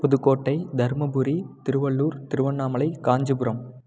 Pudukkottai Dharmapuri Tiruvallur Tiruvannamalai Kanchipuram